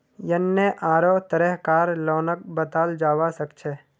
यन्ने आढ़ो तरह कार लोनक बताल जाबा सखछे